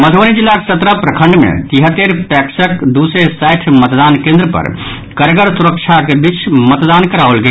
मधुबनी जिलाक सत्रह प्रखंड मे तिहत्तरि पैक्सक दू सय साठि मतदान केन्द्र पर कड़गर सुरक्षाक बीच मतदान कराओल गेल